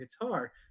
guitar